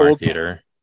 theater